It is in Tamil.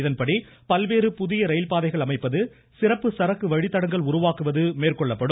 இதன்படி பல்வேறு புதிய ரயில்பாதைகள் அமைப்பது சிறப்பு சரக்கு வழிதடங்கள் உருவாக்குவது மேற்கொள்ளப்படும்